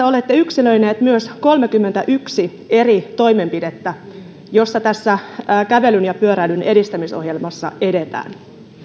olette myös yksilöineet kolmekymmentäyksi eri toimenpidettä joissa tässä kävelyn ja pyöräilyn edistämisohjelmassa edetään